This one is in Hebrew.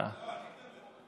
לא, אני מדבר.